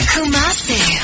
Kumasi